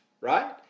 right